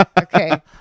Okay